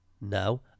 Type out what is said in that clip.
No